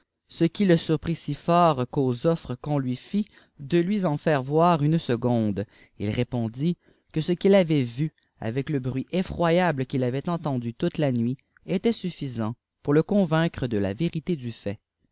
ce qui le surprit si fort qu'aux offres tju'on lui fit de lui en faire voir une seconde il répondit que ce qirtl ttrait vu avec le bruit effroyable qu'il avait entendu toute la nuit étaient suffisants pour le convamcre de la vérité dy fait